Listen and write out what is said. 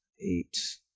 eight